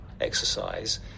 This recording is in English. exercise